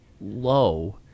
low